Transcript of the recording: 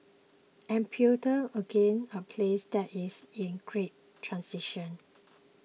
Ethiopia again a place that is in great transition